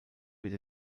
ihr